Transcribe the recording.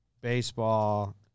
Baseball